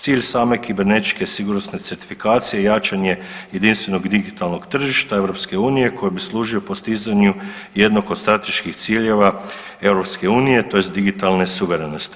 Cilj same kibernetičke sigurnosne certifikacije je jačanje jedinstvenog digitalnog tržišta EU koji bi služio postizanju jednog od strateških ciljeva EU tj. digitalne suverenosti.